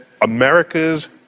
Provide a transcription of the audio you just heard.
America's